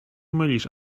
mylisz